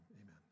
amen